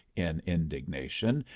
in indignation.